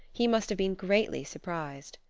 he must have been greatly surprised.